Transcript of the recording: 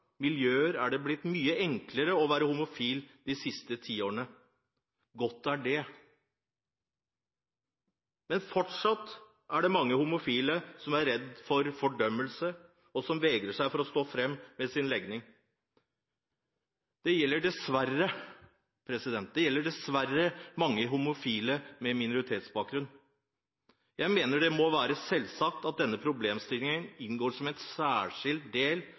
miljøer er det blitt mye enklere å være homofil de siste ti årene. Godt er det. Men fortsatt er det mange homofile som er redde for fordømmelse, og som vegrer seg for å stå fram med sin legning. Det gjelder dessverre mange homofile med minoritetsbakgrunn. Jeg mener det må være selvsagt at denne problemstillingen inngår som en særskilt del